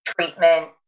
treatment